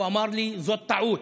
הוא אמר לי: זאת טעות.